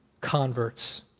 converts